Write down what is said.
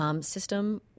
system